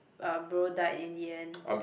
um bro died in the end